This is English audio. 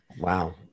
Wow